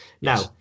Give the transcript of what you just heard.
Now